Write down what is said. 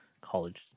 college